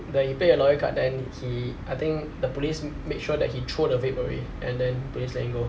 ya he play the lawyer card then he I think the police make sure that he throw the vape away and then police let him go